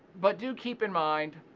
but do keep in mind